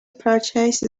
purchase